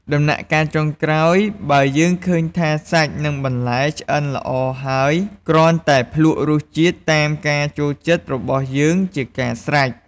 ដំណាក់កាលចុងក្រោយ បើយើងឃើញថាសាច់និងបន្លែឆ្អិនល្អហើយ គ្រាន់តែភ្លក់រសជាតិតាមការចូលចិត្តរបស់យើងជាការស្រេច។